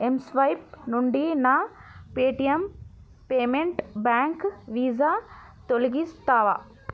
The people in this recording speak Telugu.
ఎంస్వైప్ నుండి నా పేటిఎమ్ పేమెంట్ బ్యాంక్ వీసా తొలగిస్తావా